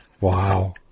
Wow